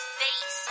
face